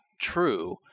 true